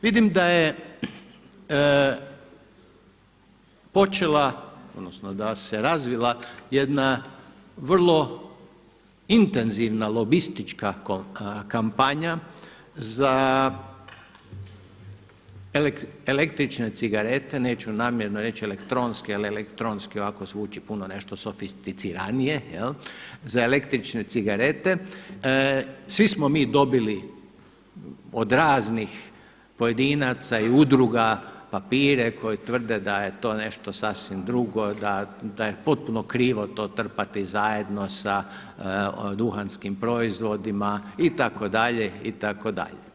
Vidim da je počela odnosno da se razvila jedna vrlo intenzivna lobistička kampanja za električne cigarete, neću namjerno reći elektronske jel elektronski zvuči ovako puno sofisticiranije, za električne cigarete, svi smo bi dobili od raznih pojedinaca i udruga papire koji tvrde da je to nešto sasvim drugo, da je potpuno krivo to trpati zajedno sa duhanskim proizvodima itd., itd.